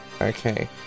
okay